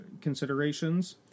considerations